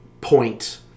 point